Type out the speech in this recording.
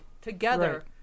together